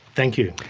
thank you.